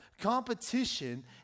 Competition